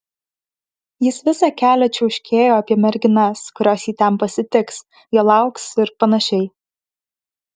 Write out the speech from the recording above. jis visą kelią čiauškėjo apie merginas kurios jį ten pasitiks jo lauks ir panašiai